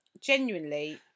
genuinely